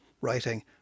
writing